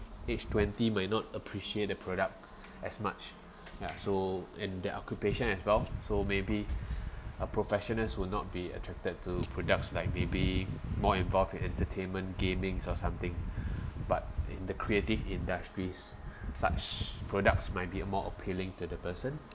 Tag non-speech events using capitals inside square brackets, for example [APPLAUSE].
age twenty might not appreciate the product [BREATH] as much [BREATH] yeah and their occupation as well so maybe are professionals will not be attracted to products like maybe more involved in entertainment gaming or something but the creative industries such products might be uh more appealing to the person